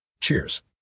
Cheers